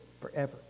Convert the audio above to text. forever